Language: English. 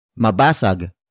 Mabasag